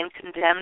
condemned